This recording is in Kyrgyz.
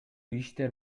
иштер